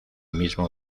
mismo